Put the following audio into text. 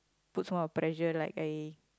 put some of pressure like I